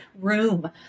room